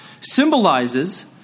symbolizes